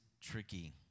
tricky